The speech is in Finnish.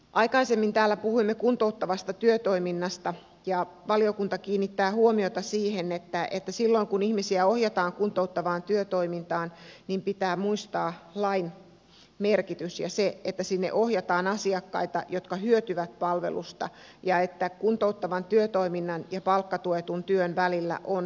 aikaisemmin täällä puhuimme kuntouttavasta työtoiminnasta ja valiokunta kiinnittää huomiota siihen että silloin kun ihmisiä ohjataan kuntouttavaan työtoimintaan niin pitää muistaa lain merkitys ja se että sinne ohjataan asiakkaita jotka hyötyvät palvelusta ja että kuntouttavan työtoiminnan ja palkkatuetun työn välillä on selkeä ero